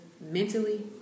mentally